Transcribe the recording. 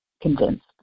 convinced